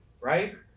right